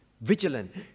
Vigilant